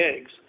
eggs